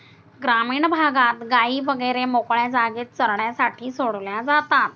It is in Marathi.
ग्रामीण भागात गायी वगैरे मोकळ्या जागेत चरण्यासाठी सोडल्या जातात